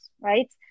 right